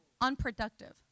unproductive